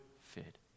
fit